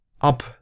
up